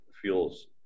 fuels